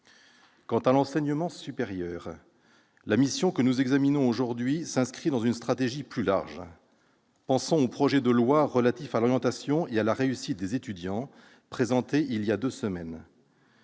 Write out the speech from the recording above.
de l'enseignement supérieur, la mission que nous examinons aujourd'hui s'inscrit dans une stratégie plus large. Je pense au projet de loi relatif à l'orientation et à la réussite des étudiants, présenté voilà deux semaines.